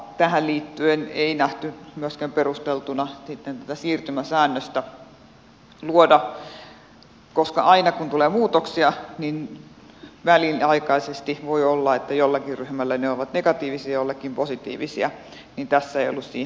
tähän liittyen ei nähty myöskään perusteltuna sitten tätä siirtymäsäännöstä luoda koska aina kun tulee muutoksia niin väliaikaisesti voi olla että jollekin ryhmälle ne ovat negatiivisia jollekin positiivisia eli tässä ei ollut siihen perustetta